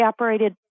operated